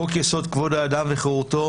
חוק יסוד: כבוד האדם וחירותו,